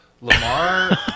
Lamar